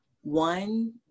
one